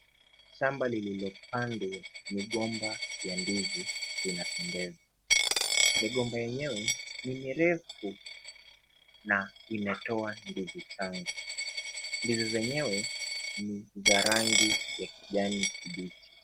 Shamba lililopandwa migomba ya ndizi inapendeza. Migomba yenyewe ni mirefu na inatoa ndizi changa. Ndizi zenyewe ni za rangi ya kijani kibichi.